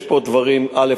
יש פה דברים, א.